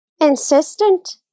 Insistent